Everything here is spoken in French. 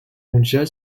mondiale